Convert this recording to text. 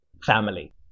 family